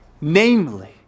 namely